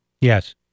Yes